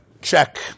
check